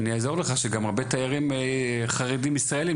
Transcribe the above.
אני אעזור לך שגם הרבה תיירים חרדים ישראליים